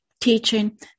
teaching